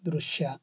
ದೃಶ್ಯ